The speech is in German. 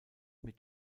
mit